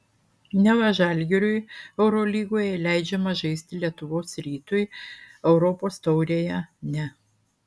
neva žalgiriui eurolygoje leidžiama žaisti lietuvos rytui europos taurėje ne